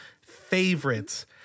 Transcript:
favorites